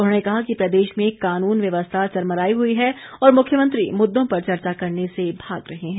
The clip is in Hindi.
उन्होंने कहा कि प्रदेश में कानून व्यवस्था चरमराई हुई है और मुख्यमंत्री मुददों पर चर्चा करने से भाग रहे हैं